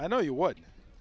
i know you what